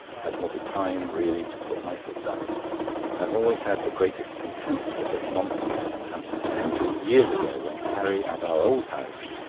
i thought it time really to put my foot down. i have always had the greatest contempt for such nonsense, and put an end to it years ago when carrie, at our old house,